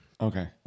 Okay